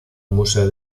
museo